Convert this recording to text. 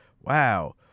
wow